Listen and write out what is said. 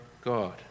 God